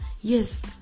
yes